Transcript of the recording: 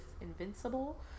invincible